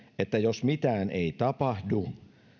että jos mitään ei tapahdu